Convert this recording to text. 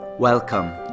Welcome